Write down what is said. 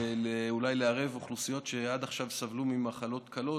ואולי לערב אוכלוסיות שעד עכשיו סבלו ממחלות קלות,